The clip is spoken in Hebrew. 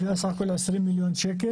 שדיברה על סך הכול 20 מיליון שקל.